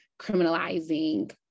criminalizing